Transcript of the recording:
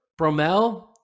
Bromel